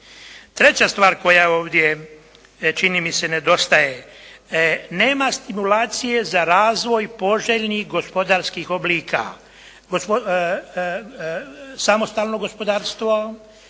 Treća stvar koja ovdje čini mi se nedostaje. Nema stimulacije za razvoj poželjnih gospodarskih oblika. Samostalno gospodarstvo,